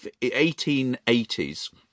1880s